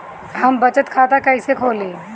हम बचत खाता कईसे खोली?